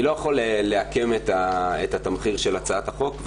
אני לא יכול לעקם את התמחיר של הצעת החוק,